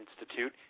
Institute